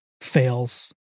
fails